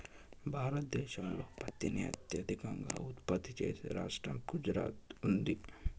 భారతదేశంలో పత్తిని అత్యధికంగా ఉత్పత్తి చేసే రాష్టంగా గుజరాత్ ఉంది